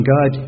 God